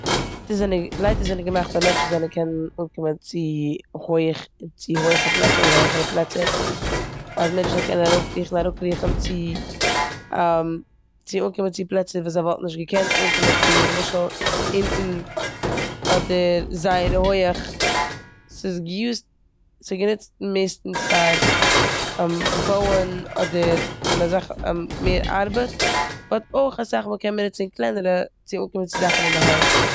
לייטערס זענען געמאכט אז מענטשן זאלן קענען אנקומען צו הויעך- צו הויעכע פלעצער אדער העכערע פלעצער אז מענטשן זאלן קענען ארויפקריכן און אראפקריכן צו צו אנקומען צו פלעצער ווי זיי וואלטן נישט געקענט אנקומען צו. נמשל אונטן אדער זייער הויעך. ס'איז געיוזט- ס'איז גענוצט מערסטנס פאר בויען- אדער און אזעלכ- מער ארבעט באט אויך אסאך מאל קען מען נוצן קלענערע צו אנקומען צו זאכן אינדערהיים.